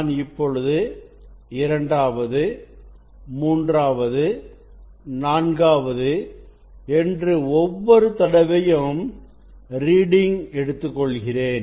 நான் இப்பொழுது இரண்டாவது மூன்றாவது நான்காவது என்று ஒவ்வொரு தடவையும் ரீடிங் எடுத்துக்கொள்கிறேன்